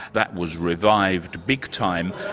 that was revived, big time,